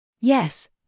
Yes